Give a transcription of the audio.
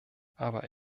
aber